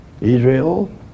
Israel